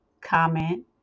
comment